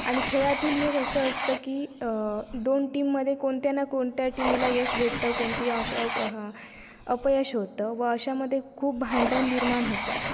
आणि खेळातील यश असं असतं की दोन टीममध्ये कोणत्या ना कोणत्या टीमला यश भेटतं कोणती ऑश अप अहा अपयश होतं व अशामध्ये खूप भांडणं निर्माण होतात